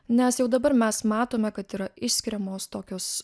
nes jau dabar mes matome kad yra išskiriamos tokios